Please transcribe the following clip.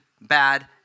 bad